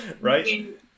Right